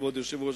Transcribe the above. כבוד היושב-ראש,